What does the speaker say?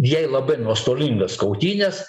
jai labai nuostolingas kautynes